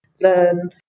learn